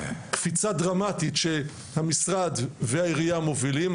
קפיצה דרמטית שהמשרד והעירייה מובילים.